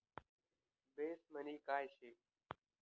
Base money काय शे?